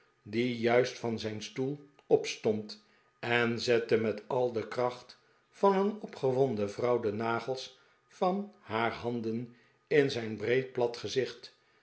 die juist van zijn stoel opstond en zette met al de kracht van een opgewonden vrouw de nagels van haar hand in zijn breed